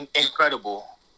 Incredible